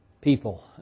people